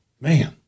Man